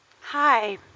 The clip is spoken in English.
Hi